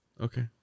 Okay